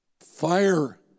Fire